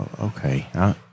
okay